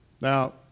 Now